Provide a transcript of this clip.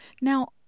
Now